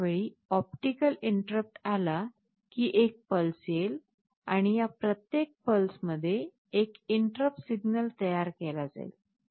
प्रत्येक वेळी optical interrupt आला की एक पल्स येईल आणि या प्रत्येक पल्समध्ये एक इंटरप्ट सिग्नल तयार केला जाईल